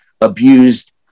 abused